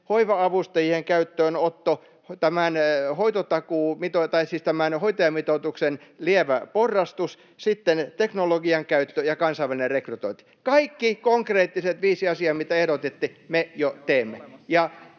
hoiva-avustajien käyttöönotto, tämän hoitajamitoituksen lievä porrastus, sitten teknologian käyttö ja kansainvälinen rekrytointi. Kaikki konkreettiset viisi asiaa, mitä ehdotitte, me jo teemme,